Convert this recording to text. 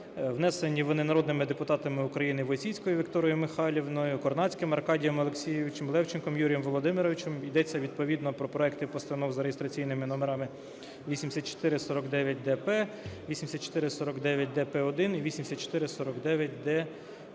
Внесені вони народними депутатами України: Войціцькою Вікторією Михайлівною, Корнацьким Аркадієм Олексійовичем, Левченком Юрієм Володимировичем. Йдеться, відповідно, про проекти постанов за реєстраційними номерами: 8449-д-П, 8449-д-П1 і 8449-д-П2.